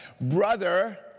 Brother